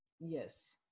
Yes